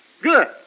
Good